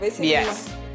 Yes